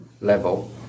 level